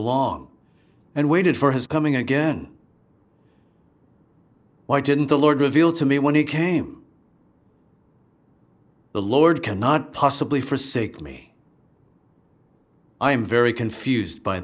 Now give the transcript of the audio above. along and waited for his coming again why didn't the lord reveal to me when he came the lord cannot possibly for sake me i am very confused by